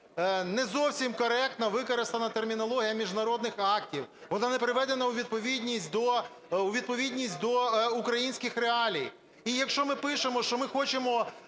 не зовсім коректно використана термінологія міжнародних актів, вона не приведена у відповідність до українських реалій. І якщо ми пишемо, що ми хочемо